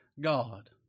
God